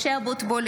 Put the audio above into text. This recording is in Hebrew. (קוראת בשמות חברי הכנסת) משה אבוטבול,